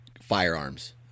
firearms